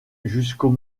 jusqu’au